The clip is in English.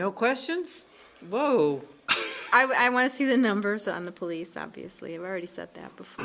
no questions whoa i want to see the numbers on the police obviously already said that before